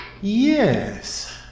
Yes